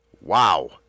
Wow